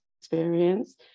experience